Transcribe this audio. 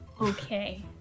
okay